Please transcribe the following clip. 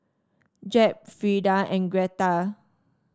Jeb Frida and Gretta